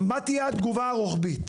מה תהיה התגובה הרוחבית